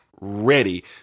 ready